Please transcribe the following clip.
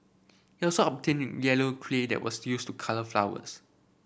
he also obtained yellow clay that was used to colour flowers